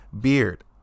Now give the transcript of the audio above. beard